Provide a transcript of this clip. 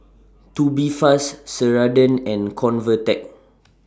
Tubifast Ceradan and Convatec